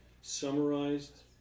summarized